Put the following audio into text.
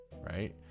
right